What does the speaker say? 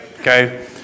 Okay